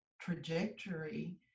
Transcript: trajectory